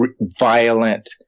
violent